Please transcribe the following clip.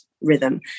rhythm